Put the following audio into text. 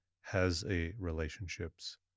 has-a-relationships